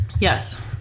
Yes